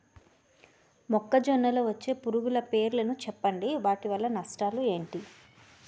మొక్కజొన్న లో వచ్చే పురుగుల పేర్లను చెప్పండి? వాటి వల్ల నష్టాలు ఎంటి?